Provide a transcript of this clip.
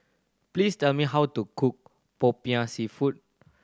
please tell me how to cook Popiah Seafood